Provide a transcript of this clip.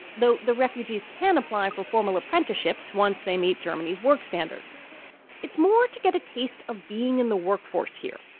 though the refugees can apply for formal apprenticeships once they meet germany's work standards it's more to get a taste of being in the workforce here.